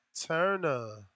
Turner